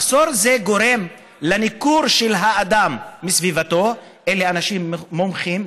מחסור זה גורם לניכור של האדם מסביבתו" אלה אנשים מומחים,